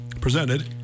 presented